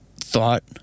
thought